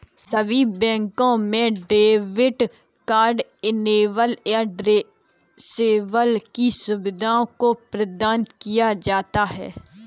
सभी बैंकों में डेबिट कार्ड इनेबल या डिसेबल की सुविधा को प्रदान किया जाता है